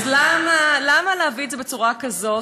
אז למה להביא את זה בצורה כזאת?